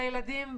לילדים,